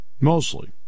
Mostly